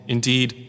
Indeed